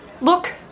Look